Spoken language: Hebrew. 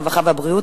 הרווחה והבריאות,